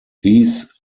these